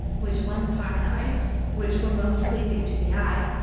which ones harmonized, which were most pleasing to the eye,